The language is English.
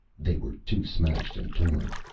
they were too smashed and torn.